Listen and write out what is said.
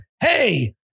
hey